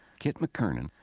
kit mckernan,